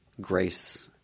grace